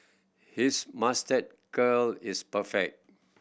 his moustache curl is perfect